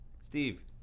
Steve